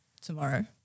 tomorrow